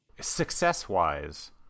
Success-wise